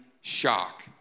shock